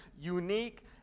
unique